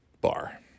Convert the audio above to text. bar